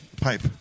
Pipe